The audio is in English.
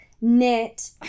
knit